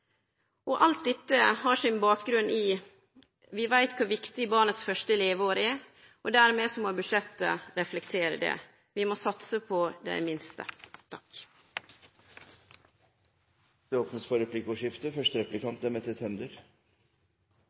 familiesenter. Alt dette har sin bakgrunn i at vi veit kor viktig barnas første leveår er, og dermed må budsjettet reflektere det. Vi må satse på dei minste. Det blir replikkordskifte.